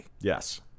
Yes